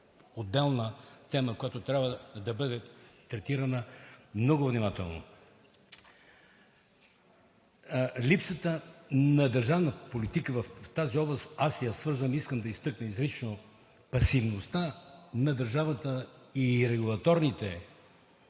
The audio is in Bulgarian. отделна тема, която трябва да бъде третирана много внимателно. Липсата на държавна политика в тази област аз я свързвам и искам да изтъкна изрично пасивността на държавата и регулаторните